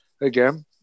again